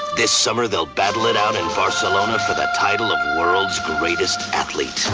this summer they'll battle it out in barcelona for the title of world's greatest athlete